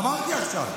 אמרתי עכשיו.